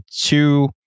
two